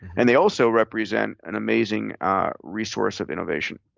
and they also represent an amazing resource of innovation.